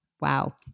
Wow